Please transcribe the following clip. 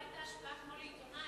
לא היתה השפעה כמו לעיתונאי.